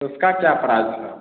उसका क्या प्राइस है